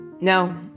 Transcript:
no